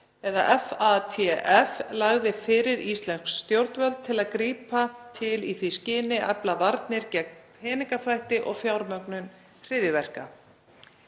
forseta, lagði fyrir íslensk stjórnvöld til að grípa til í því skyni að efla varnir gegn peningaþvætti og fjármögnun hryðjuverka.